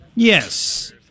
Yes